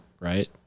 right